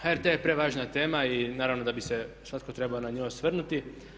HRT je prevažna tema i naravno da bi se svatko trebao na nju osvrnuti.